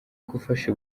gufasha